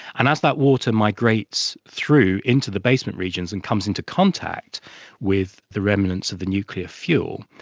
and as that water migrates through into the basement regions and comes into contact with the remnants of the nuclear fuel,